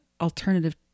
alternative